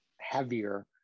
heavier